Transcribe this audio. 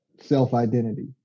self-identity